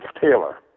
Taylor